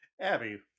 Abby